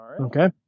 Okay